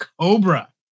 Cobra